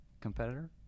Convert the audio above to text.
competitor